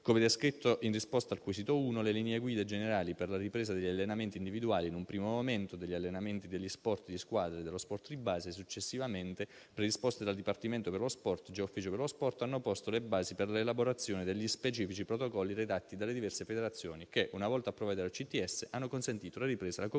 Come descritto in risposta al primo quesito, le linee guida generali per la ripresa degli allenamenti individuali, in un primo momento, e degli allenamenti degli sport di squadra e dello sport di base, successivamente, predisposte dal Dipartimento per lo sport (già Ufficio per lo sport) hanno posto le basi per l'elaborazione degli specifici protocolli redatti dalle diverse federazioni che, una volta approvate dal Comitato tecnico-scientifico, hanno consentito la ripresa e la conclusione